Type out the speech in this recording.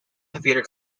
computer